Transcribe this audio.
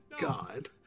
God